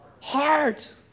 heart